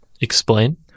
explain